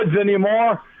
anymore